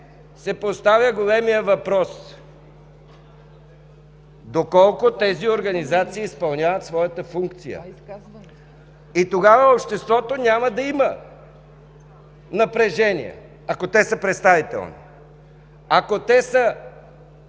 се поставя големият въпрос: доколко тези организации изпълняват своята функция? Тогава в обществото няма да има напрежение, ако те са представителни. Ако те са